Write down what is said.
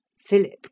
Philip